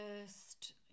first